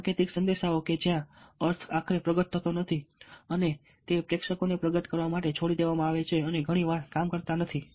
સાંકેતિક સંદેશાઓ કે જ્યાં અર્થ આખરે પ્રગટ થતો નથી અને તે પ્રેક્ષકોને પ્રગટ કરવા માટે છોડી દેવામાં આવે છે અને ઘણી વાર કામ કરતા નથી